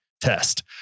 test